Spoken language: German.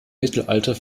mittelalter